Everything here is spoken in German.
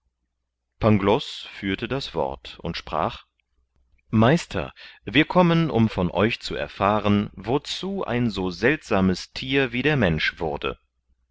pangloß führte das wort und sprach meister wir kommen um von euch zu erfahren wozu ein so seltsames thier wie der mensch wurde